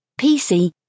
PC